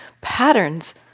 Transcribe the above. patterns